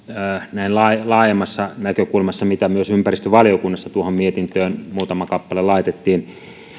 näin laajemmassa näkökulmassa myös mitä ympäristövaliokunnassa mietintöön muutama kappale laitettiin